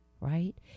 Right